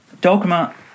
dogma